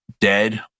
dead